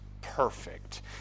perfect